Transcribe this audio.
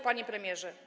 Panie Premierze!